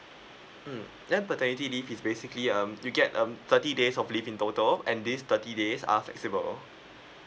mm ya paternity leave is basically um you get um thirty days of leave in total and this thirty days are flexible